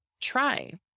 try